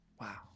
wow